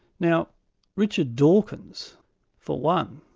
now richard dawkins for one,